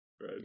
Right